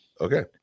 Okay